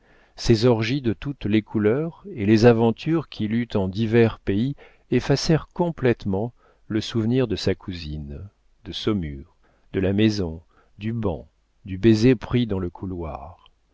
ses orgies de toutes les couleurs et les aventures qu'il eut en divers pays effacèrent complétement le souvenir de sa cousine de saumur de la maison du banc du baiser pris dans le couloir